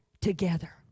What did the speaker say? together